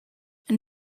and